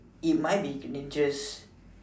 it might be dangerous